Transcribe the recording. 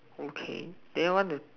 okay then want to